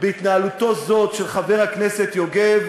בהתנהלותו זו של חבר הכנסת יוגב,